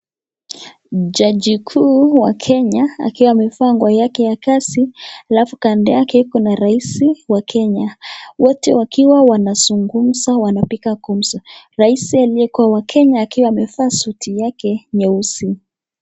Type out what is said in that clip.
Jaji kuu wa Kenya akiwa amevaa nguo yake ya kazi alafu kando yake kuna rais wa Kenya. Wote wakiwa wanazungumza wanapiga gumzo rais aliyekuwa wa Kenya akiwa amevaa suti yake nyeusi.